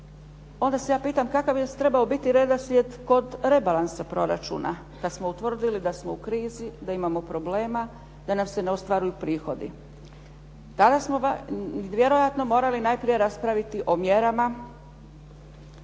onda se ja pitam kakav je trebao biti redoslijed kod rebalansa proračuna kad smo utvrdili da smo u krizi, da imamo problema, da nam se ne ostvaruju prihodi. Tada smo vjerojatno morali najprije raspraviti o mjerama